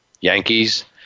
Yankees